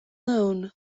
known